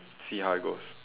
see how it goes